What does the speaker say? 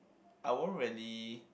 I won't really